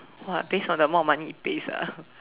what based on the amount of money it pays ah